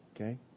Okay